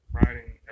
riding